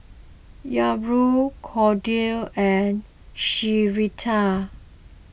Hyrum Cordie and Sherita